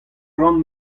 ran